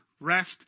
rest